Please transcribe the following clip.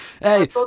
Hey